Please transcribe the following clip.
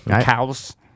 Cows